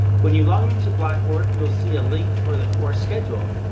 when you log into blackboard, you will see a link for the course schedule.